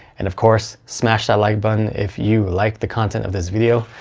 and of course, smash that like button if you like the content of this video.